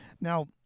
Now